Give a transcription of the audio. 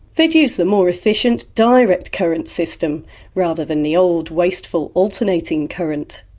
they'd use the more efficient direct current system rather than the old, wasteful, alternating current.